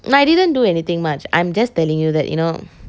I didn't do anything much I'm just telling you that you know